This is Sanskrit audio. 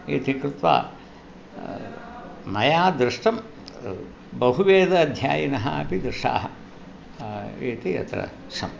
इति कृत्वा मया दृष्टं बहुवेद अध्यायिनः अपि दृषाः इति अत्र शम्